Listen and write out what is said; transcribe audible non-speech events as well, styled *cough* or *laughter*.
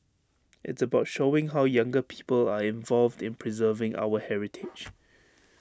it's about showing how younger people are involved in preserving our heritage *noise*